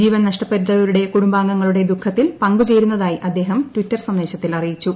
ജീവൻ നഷ്ടപ്പെട്ടവരുടെ കുടുംബാംഗങ്ങളുടെ ദുഃഖത്തിൽ പങ്കുചേരുന്നതായി അദ്ദേഹം ടിറ്റർ സന്ദേശത്തിൽ അറിയിച്ചു